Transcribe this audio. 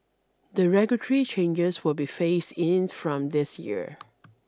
the regulatory changes will be phased in from this year